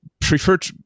preferred